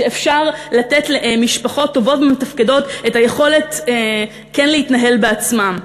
כשאפשר לתת למשפחות טובות ומתפקדות את היכולת כן להתנהל בעצמן?